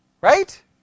Right